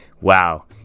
wow